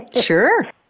Sure